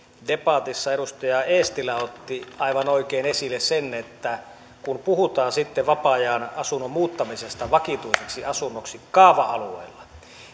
debatissa edustaja eestilä otti aivan oikein esille sen että kun puhutaan vapaa ajan asunnon muuttamisesta vakituiseksi asunnoksi kaava alueella